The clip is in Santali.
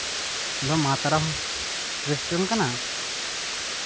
ᱱᱚᱣᱟ ᱢᱟᱛᱟᱨᱟ ᱨᱮᱥᱴᱩᱨᱮᱱᱴ ᱠᱟᱱᱟ